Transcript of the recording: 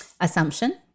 assumption